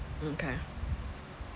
okay